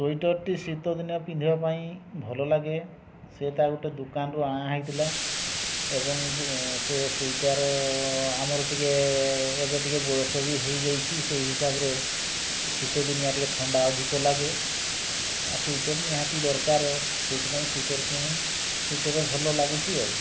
ସ୍ୱିଟର୍ଟି ଶୀତଦିନେ ପିନ୍ଧିବା ପାଇଁ ଭଲଲାଗେ ସେଇଟା ଗୋଟେ ଦୋକାନରୁ ଅଣାହୋଇଥିଲା ଏବଂ ସେ ସ୍ୱିଟର୍ ଆମର ଟିକିଏ ଏବେ ଟିକିଏ ବୟସ ବି ହେଇଯାଇଛି ସେହି ହିସାବରେ ଶୀତ ଦିନିଆ ଟିକିଏ ଥଣ୍ଡା ଅଧିକ ଲାଗେ ଆଉ ସ୍ୱିଟର୍ ନିହାତି ଦରକାର ସେଥିପାଇଁ ସ୍ୱିଟର୍ କିଣେ ସ୍ୱିଟର୍ ଭଲଲାଗୁଛି ଆଉ